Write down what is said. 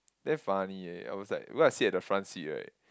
damn funny eh I was like because I sit at the front seat right